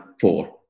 four